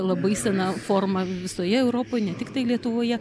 labai sena forma visoje europoj ne tiktai lietuvoje